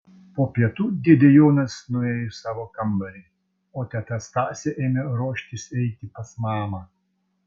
po pietų dėdė jonas nuėjo į savo kambarį o teta stasė ėmė ruoštis eiti pas mamą